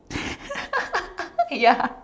ya